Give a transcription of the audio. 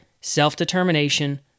self-determination